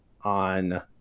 on